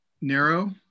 narrow